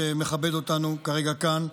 שמכבד אותנו כרגע כאן,